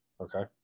okay